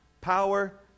Power